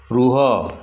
ରୁହ